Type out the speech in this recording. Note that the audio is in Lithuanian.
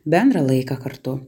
bendrą laiką kartu